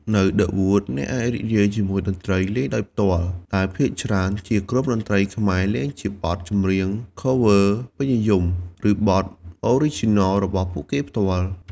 នៅ ឌឹ វូត អ្នកអាចរីករាយជាមួយតន្ត្រីលេងដោយផ្ទាល់ ដែលភាគច្រើនជាក្រុមតន្ត្រីខ្មែរលេងជាបទចម្រៀង ខោ វើ (Cover) ពេញនិយម ឬបទ អូរីជីណល របស់ពួកគេផ្ទាល់។